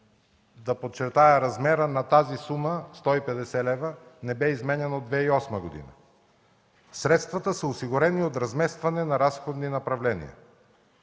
ще подчертая, че размерът на тази сума – 150 лв., не бе изменян от 2008 г. Средствата са осигурени от разместване на разходни направления.